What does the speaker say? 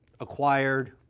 acquired